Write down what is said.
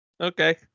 Okay